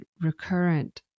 recurrent